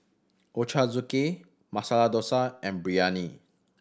Ochazuke Masala Dosa and Biryani